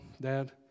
Dad